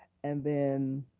and then